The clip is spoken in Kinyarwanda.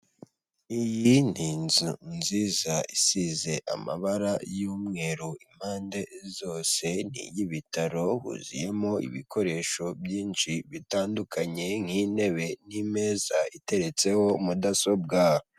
Iyi ni inzu nziza isize amabara y'umweru impande zose ni iy'ibitaro huzuyemo ibikoresho byinshi bitandukanye nk'intebe n'imeza imeza iteretseho mudasobwabo.